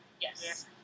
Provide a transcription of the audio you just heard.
Yes